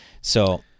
So-